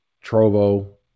Trovo